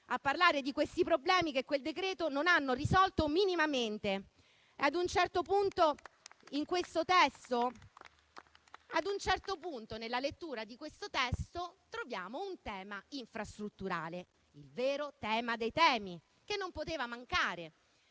a parlare di questi problemi che quel decreto-legge non ha risolto minimamente. Ad un certo punto, nella lettura di questo testo, troviamo un tema infrastrutturale, il vero tema dei temi che non poteva mancare: